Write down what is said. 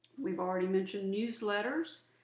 we've already mentioned newsletters.